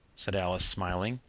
said alice, smiling.